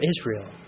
Israel